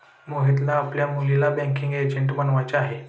मोहितला आपल्या मुलीला बँकिंग एजंट बनवायचे आहे